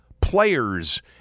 players